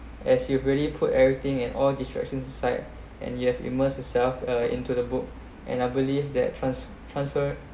as you've really put everything and all distraction side and you have immerse yourself uh into the book and I believe that trans~ transfer